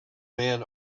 man